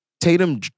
Tatum